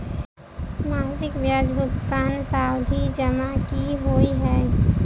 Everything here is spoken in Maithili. मासिक ब्याज भुगतान सावधि जमा की होइ है?